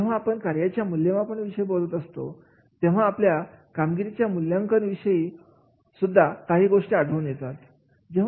जेव्हा आपण कार्याच्या मूल्यमापन विषयी बोलत असतो तेव्हा आपल्याला कामगिरीच्या मूल्यांकन विषयी सुद्धा काही गोष्टी आढळून येतात